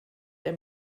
der